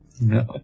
No